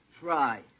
Try